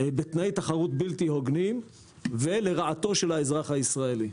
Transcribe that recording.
בתנאי תחרות בלתי הוגנים ולרעתו של האזרח הישראלי.